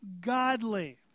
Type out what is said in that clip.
godly